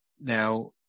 Now